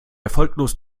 erfolglos